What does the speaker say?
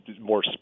more